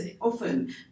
often